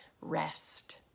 rest